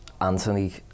Anthony